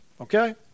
Okay